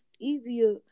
easier